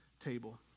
table